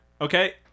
okay